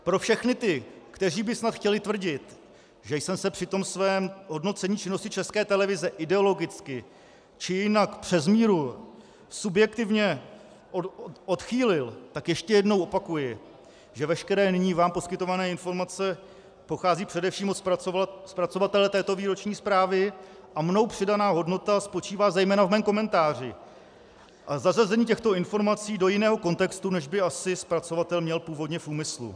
Pro všechny ty, kteří by snad chtěli tvrdit, že jsem se při svém hodnocení činnosti České televize ideologicky či jinak přes míru subjektivně odchýlil, ještě jednou opakuji, že veškeré nyní vám poskytované informace pocházejí především od zpracovatele této výroční zprávy a mnou přidaná hodnota spočítá zejména v mém komentáři zasazení těchto informací do jiného kontextu, než by asi zpracovatel měl původně v úmyslu.